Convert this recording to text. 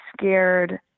scared